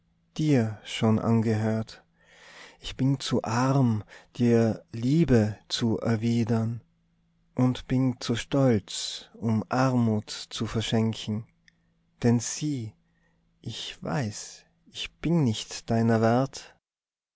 dir schon angehört ich bin zu arm dir liebe zu erwidern und bin zu stolz um armut zu verschenken denn sieh ich weiß ich bin nicht deiner wert